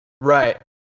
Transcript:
Right